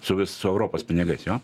su vi su europos pinigais jo